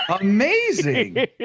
Amazing